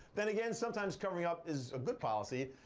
then again, sometimes covering up is a good policy,